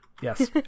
Yes